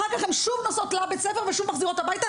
אחר כך הן נוסעות שוב לבית הספר ושוב מחזירות הביתה,